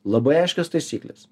labai aiškios taisyklės